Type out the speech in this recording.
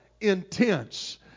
intense